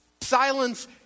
Silence